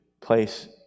place